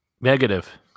negative